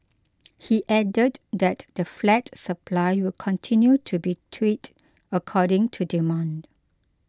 he added that the flat supply will continue to be tweaked according to demand